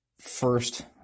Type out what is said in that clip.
first